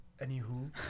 anywho